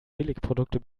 billigprodukte